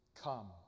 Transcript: come